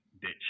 Ditch